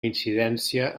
incidència